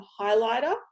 highlighter